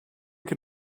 can